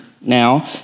now